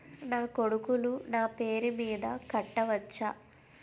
నా కొడుకులు నా పేరి మీద కట్ట వచ్చా?